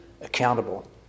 accountable